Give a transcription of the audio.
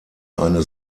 eine